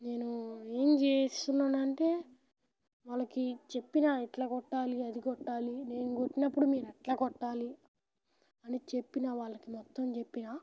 నేను ఏం చేస్తున్నానంటే వాళ్ళకి చెప్పినా ఎట్లా కొట్టాలి అది కొట్టాలి నేను కొట్టినప్పుడు మీరు ఎట్ల కొట్టాలి అని చెప్పినా వాళ్ళకి మొత్తం చెప్పినా